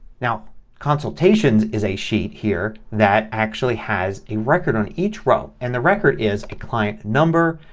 now consultations is a sheet here that actually has a record on each row. and the record is a client number,